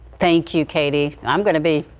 thank you katie i'm going to be.